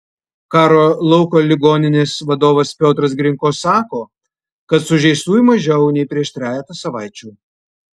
karo lauko ligoninės vadovas piotras grinko sako kad sužeistųjų mažiau nei prieš trejetą savaičių